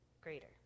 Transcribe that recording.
greater